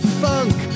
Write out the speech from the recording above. funk